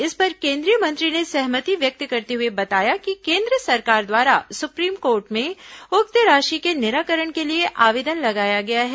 इस पर केंद्रीय मंत्री ने सहमति व्यक्त करते हुए बताया कि केन्द्र सरकार द्वारा सुप्रीम कोर्ट में उक्त राशि के निराकरण के लिए आवेदन लगाया गया है